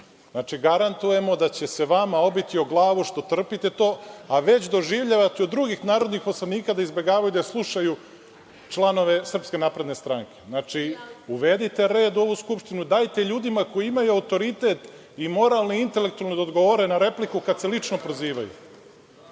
repliku? Garantujemo da će se vama obiti o glavu što trpite to, a već doživljavate od drugih narodnih poslanika da izbegavaju da slušaju članove SNS.Znači, uvedite red u ovu Skupštinu, dajte ljudima koji imaju autoritet i moralno i intelektualno da odgovore na repliku kad se lično prozivaju.